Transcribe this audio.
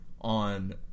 on